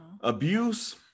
abuse